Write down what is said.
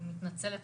אני מתנצלת,